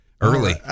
early